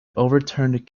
overturned